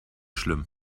schlimm